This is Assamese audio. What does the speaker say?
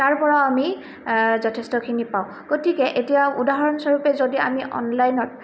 তাৰ পৰাও আমি যথেষ্টখিনি পাওঁ গতিকে এতিয়া উদাহৰণস্বৰূপে যদি আমি অনলাইনত